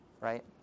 right